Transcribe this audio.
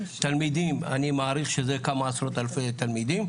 תלמידים אני מעריך שזה כמה עשרות אלפי תלמידים,